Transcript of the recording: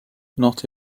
not